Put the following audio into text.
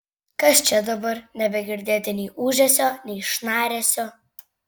kas čia dabar nebegirdėti nei ūžesio nei šnaresio